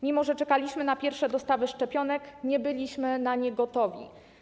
Mimo że czekaliśmy na pierwsze dostawy szczepionek, nie byliśmy na nie gotowi.